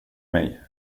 mig